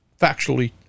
factually